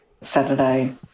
Saturday